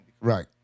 Right